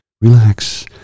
relax